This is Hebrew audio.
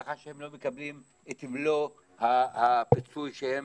ככה שהם לא מקבלים את מלוא הפיצוי שהם